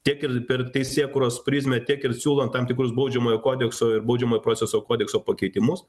tiek ir per teisėkūros prizmę tiek ir siūlant tam tikrus baudžiamojo kodekso ir baudžiamojo proceso kodekso pakeitimus